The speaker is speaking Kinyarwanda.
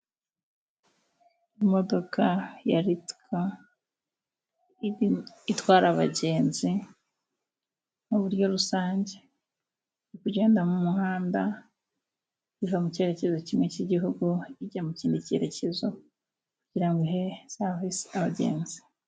Imodoka yari Litiko itwara abagenzi mu buryo rusange, iri kugenda mu muhanda iva mu cyerekezo kimwe cy'igihugu ijya mu kindi cyerekezo kugira ngo ihe serivise abagenzi.